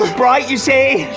bright, you see?